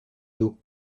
dos